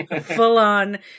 full-on